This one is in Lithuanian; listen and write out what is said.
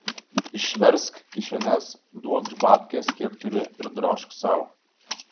išversk kišenes duokš babkes kiek turi ir drožk sau